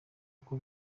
uko